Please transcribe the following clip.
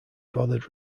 bothered